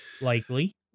likely